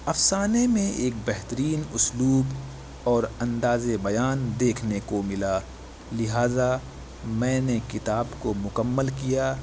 افسانے میں ایک بہترین اسلوب اور اندازِ بیان دیکھنے کو ملا لہٰذا میں نے کتاب کو مکمل کیا